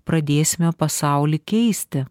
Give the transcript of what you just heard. pradėsime pasaulį keisti